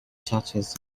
churches